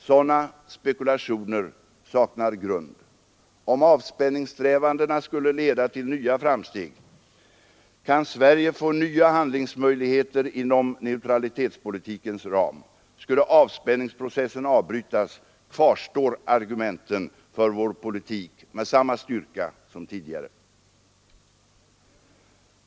Sådana spekulationer saknar grund. Om avspänningssträvandena skulle leda till nya framsteg, kan Sverige få nya handlingsmöjligheter inom neutralitetspolitikens ram. Skulle avspänningsprocessen avbrytas, kvarstår argumenten för vår politik med samma styrka som tidigare.